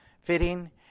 fitting